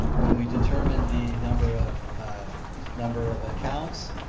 when we determined the number of number of accounts,